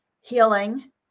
healing